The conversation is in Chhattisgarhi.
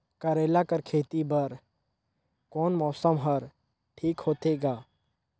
करेला कर खेती बर कोन मौसम हर ठीक होथे ग?